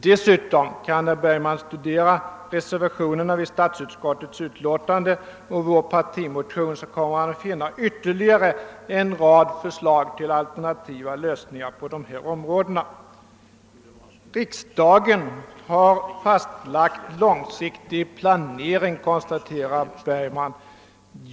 Dessutom kan herr Bergman studera reservationerna och vår partimotion. Han kommer då att finna ytterligare en rad förslag till alternativa lösningar på dessa områden. Riksdagen har fastlagt den långsiktiga planeringen, konstaterade herr Bergman.